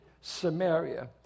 Samaria